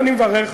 ואני מברך.